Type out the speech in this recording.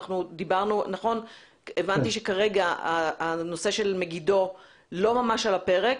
אני מבינה שכרגע הנושא של מגידו לא על הפרק.